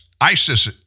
ISIS